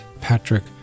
patrick